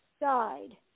died